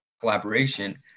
collaboration